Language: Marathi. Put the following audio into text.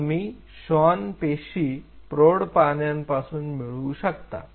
तर तुम्ही श्वान पेशी प्रौढ प्राण्यापासून मिळवू शकता